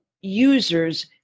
users